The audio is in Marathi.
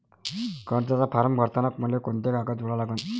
कर्जाचा फारम भरताना मले कोंते कागद जोडा लागन?